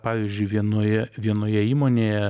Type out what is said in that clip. pavyzdžiui vienoje vienoje įmonėje